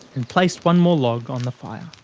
and placed one more log on the fire.